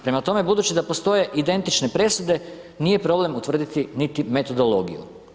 Prema tome, budući da postoje identične presude, nije problem utvrditi niti metodologiju.